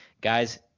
Guys